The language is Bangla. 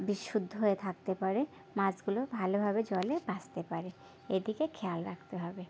বিশুদ্ধ হয়ে থাকতে পারে মাছগুলো ভালো ভাবে জলে বাঁচতে পারে এ দিকে খেয়াল রাখতে হবে